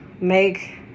make